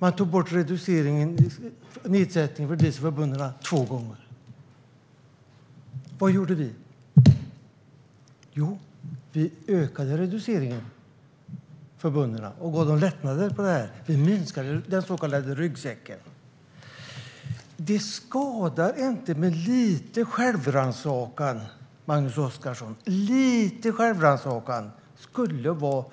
Man tog bort reduceringen för diesel två gånger för bönderna. Vad gjorde vi? Jo, vi ökade reduceringen för bönderna och gav dem lättnader. Vi minskade den så kallade ryggsäcken. Det skadar inte med lite självrannsakan, Magnus Oscarsson. Lite självrannsakan skulle vara